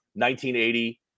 1980